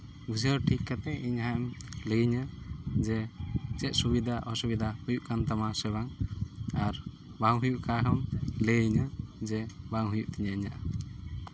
ᱵᱩᱡᱷᱟᱹᱣ ᱴᱷᱤᱠ ᱠᱟᱛᱮᱫ ᱤᱧ ᱦᱟᱸᱜ ᱮᱢ ᱞᱟᱹᱭ ᱤᱧᱟᱹ ᱡᱮ ᱪᱮᱫ ᱥᱩᱵᱤᱫᱷᱟ ᱚᱥᱩᱵᱤᱫᱷᱟ ᱦᱩᱭᱩᱜ ᱠᱟᱱ ᱛᱟᱢᱟ ᱥᱮ ᱵᱟᱝ ᱟᱨ ᱵᱟᱝ ᱦᱩᱭᱩᱜ ᱠᱷᱟᱱ ᱨᱮᱦᱚᱸᱢ ᱞᱟᱹᱭ ᱤᱧᱟᱹ ᱡᱮ ᱵᱟᱝ ᱦᱩᱭᱩᱜ ᱛᱤᱧᱟᱹ ᱤᱧᱟᱹᱜ